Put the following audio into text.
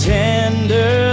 tender